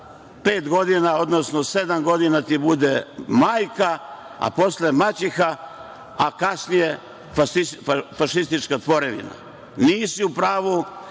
pet godina, odnosno sedam godina ti bude majka, a posle maćeha, a kasnije fašistička tvorevina. Nisi u pravu.